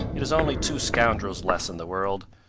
it is only two scoundrels less in the world,